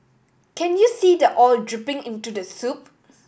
can you see the oil dripping into the soup